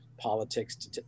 politics